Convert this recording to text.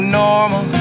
normal